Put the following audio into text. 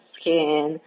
skin